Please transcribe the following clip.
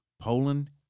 Poland